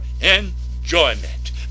enjoyment